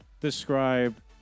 describe